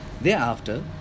Thereafter